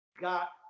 got